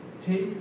take